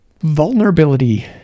vulnerability